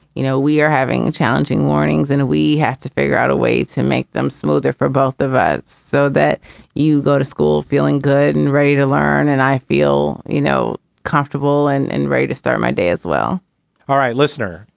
you know, we are having challenging warnings and we have to figure out a way to make them so different about the vets so that you go to school feeling good and ready to learn. and i feel, you know, comfortable and and ready to start my day as well all right. listener,